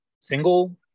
single